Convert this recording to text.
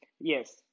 yes